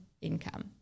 income